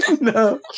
No